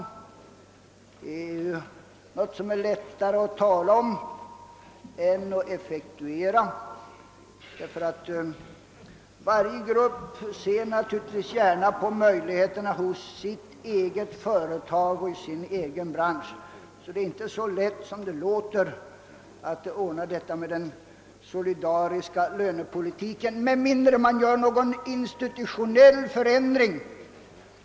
Men den är något som är lättare att tala om än att effektuera, därför att varje grupp naturligtvis gärna ser på möjligheterna hos det egna företaget och den egna branschen. Det är därför inte så enkelt som det låter att åstadkomma en solidarisk lönepolitik, såvida man inte gör någon institutionell förändring.